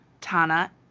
Tana